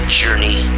journey